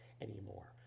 anymore